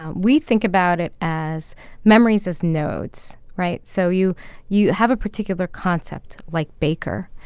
um we think about it as memories as nodes, right? so you you have a particular concept, like baker.